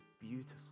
beautiful